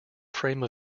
frame